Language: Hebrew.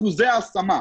אחוזי ההסמה.